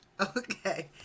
okay